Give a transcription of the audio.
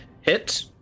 hit